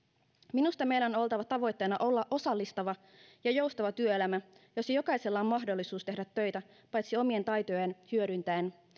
minusta meillä on oltava tavoitteena osallistava ja joustava työelämä jossa jokaisella on mahdollisuus tehdä töitä paitsi omia taitoja hyödyntäen